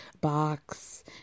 box